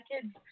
kids